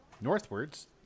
northwards